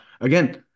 again